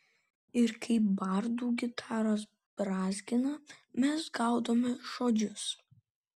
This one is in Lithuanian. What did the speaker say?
ir kai bardų gitaros brązgina mes gaudome žodžius